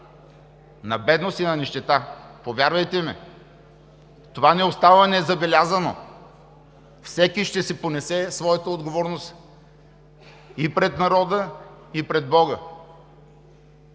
На бедност и на нищета! Повярвайте ми, това не остава незабелязано – всеки ще понесе своята отговорност и пред народа, и пред Бога.